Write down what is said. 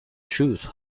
truth